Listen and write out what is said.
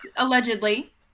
allegedly